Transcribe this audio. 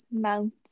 Mount